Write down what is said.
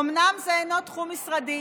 אומנם זה אינו תחום משרדי,